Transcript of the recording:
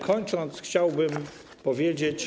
Kończąc, chciałbym powiedzieć, że.